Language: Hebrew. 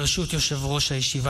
ברשות יושב-ראש הישיבה,